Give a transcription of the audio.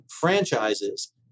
franchises